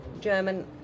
German